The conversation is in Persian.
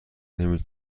نمی